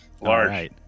Large